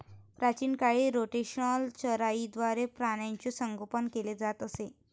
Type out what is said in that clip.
प्राचीन काळी रोटेशनल चराईद्वारे प्राण्यांचे संगोपन केले जात असे